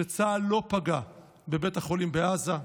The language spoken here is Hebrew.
שצה"ל לא פגע בבית החולים בעזה.